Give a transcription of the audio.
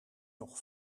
nog